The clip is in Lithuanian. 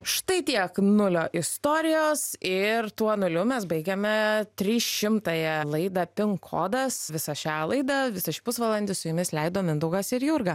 štai tiek nulio istorijos ir tuo nuliu mes baigiame trys šimtąją laidą pinkodas visą šią laidą visą pusvalandį su jumis leido mindaugas ir jurga